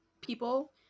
people